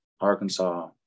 Arkansas